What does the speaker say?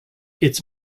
its